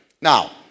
Now